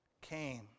came